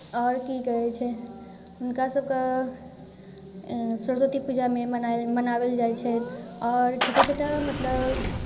आओर की कहैत छै हुनका सभके सरस्वती पूजामे मनाए मनाओल जाइत छै आओर छोटा छोटा मतलब